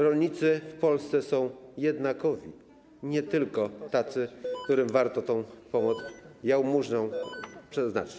Rolnicy w Polsce są jednakowi, nie tylko tacy, którym warto tę pomoc, jałmużnę przeznaczyć.